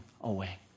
away